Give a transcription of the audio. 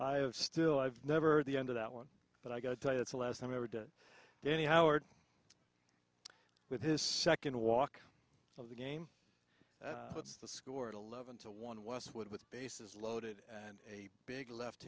him still i've never heard the end of that one but i gotta tell you it's the last time i ever done any howard with his second walk of the game what's the score of eleven to one westwood with bases loaded and a big left